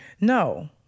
No